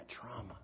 trauma